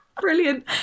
brilliant